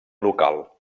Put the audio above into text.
local